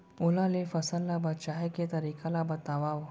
ओला ले फसल ला बचाए के तरीका ला बतावव?